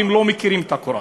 והם לא מכירים את הקוראן.